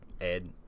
Ed